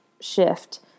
shift